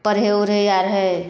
पढ़ै उढ़ै आओर हइ